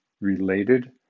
related